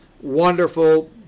wonderful